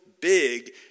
big